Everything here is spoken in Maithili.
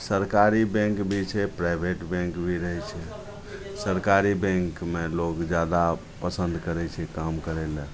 सरकारी बैँक भी छै प्राइवेट बैँक भी रहै छै सरकारी बैँकमे लोक जादा पसन्द करै छै काम करै ले